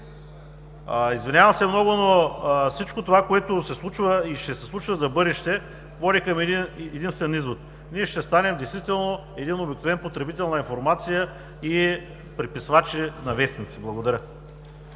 Извинявам се много, но всичко това, което се случва и ще се случва за в бъдеще, води към един-единствен извод: ние ще станем действително един обикновен потребител на информация и преписвачи на вестници. Благодаря.